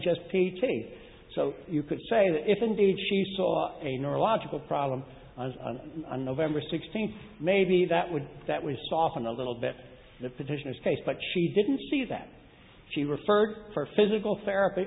p t so you could say that if indeed she saw a neurological problem on a november sixteenth maybe that would that was softened a little bit the petitioner's case but she didn't see that she referred for physical therapy